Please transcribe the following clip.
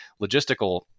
logistical